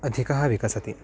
अधिकः विकसति